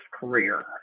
career